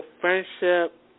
friendship